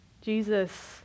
Jesus